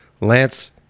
lance